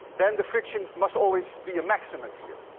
then the friction must always be a maximum here.